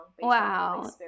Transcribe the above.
wow